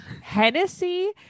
Hennessy